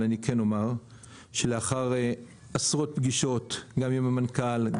אבל אני כן אומר שלאחר עשרות פגישות גם עם המנכ"ל,